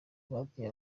babwiye